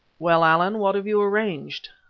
well, allan, what have you arranged?